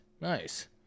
nice